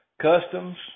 customs